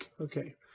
Okay